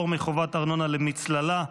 (פטור מחובת ארנונה למצללה),